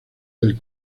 del